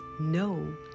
no